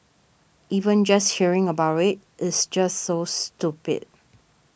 even just hearing about it is just so stupid